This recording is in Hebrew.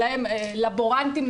לבורנטים,